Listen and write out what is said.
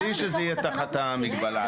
בלי שזה יהיה תחת המגבלה הזאת.